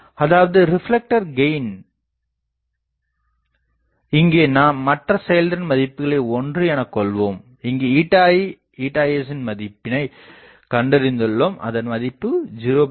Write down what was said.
அதாவது ரிப்லக்டரின் கெயின் இங்கே நாம் மற்ற செயல்திறன் மதிப்புகளை 1 எனக்கொள்வோம் இங்கு ηi மற்றும் ηs யின் மதிப்பினை கண்டறிந்துள்ளோம் அதன் மதிப்பு 0